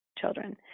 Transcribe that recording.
children